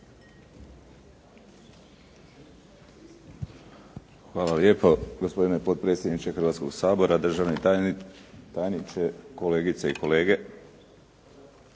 Hvala lijepa. Gospodine potpredsjedniče Hrvatskog sabora, državni tajniče, kolegice i kolege.